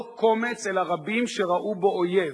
לא קומץ, אלא רבים שראו בו אויב.